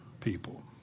people